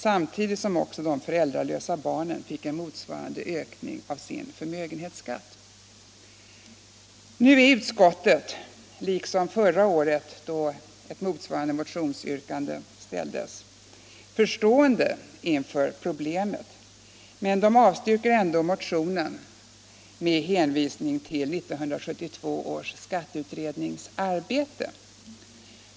samtidigt som de föräldralösa barnen fick en motsvarande ökning av sin förmögenhetsskatt. Nu är utskottet liksom förra året, då ett motsvarande motionsyrkande ställdes, förstående inför problemet, men man avstyrker ändå motionen med hänvisning till 1972 års skatteutrednings arbete.